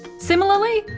similarly,